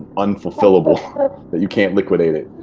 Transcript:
unfulfillable that you can't liquidate it.